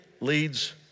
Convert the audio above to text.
leads